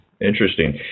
Interesting